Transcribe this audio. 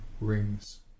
rings